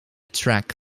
track